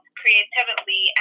creatively